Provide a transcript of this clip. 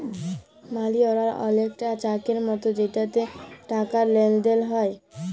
মালি order অলেকটা চ্যাকের মতো যেটতে টাকার লেলদেল হ্যয়